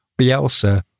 Bielsa